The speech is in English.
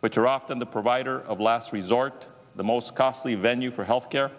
which are often the provider of last resort the most costly venue for health care